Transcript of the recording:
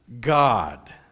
God